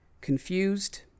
confused